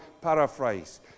paraphrase